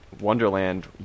wonderland